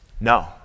No